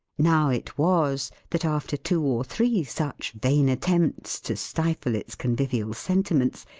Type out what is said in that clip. now it was, that after two or three such vain attempts to stifle its convivial sentiments,